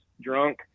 drunk